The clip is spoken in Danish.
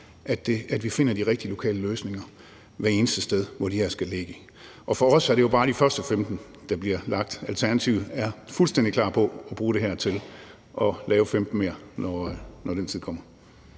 at vi finder de rigtige lokale løsninger hvert eneste sted, hvor de her skal ligge. Og for os er det jo bare de første 15, der bliver lagt. Alternativet er fuldstændig klar på at bruge det her til at lave 15 mere, når den tid kommer.